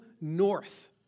north